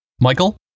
Michael